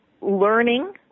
learning